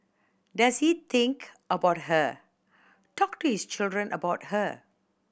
does he think about her talk to his children about her